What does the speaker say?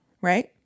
right